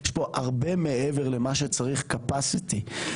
יש פה הרבה מעבר למה שצריך קפסיטי.